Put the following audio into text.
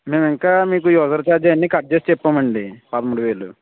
మేము ఇంకా మీకు అదర్ చార్జెస్ అన్నీ కట్ చేసి చెప్పామండీ పదమూడు వేలు